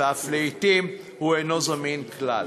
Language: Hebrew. ולעתים הוא אף אינו זמין כלל.